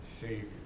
Savior